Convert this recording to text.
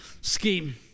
scheme